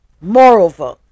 Moreover